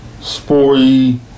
sporty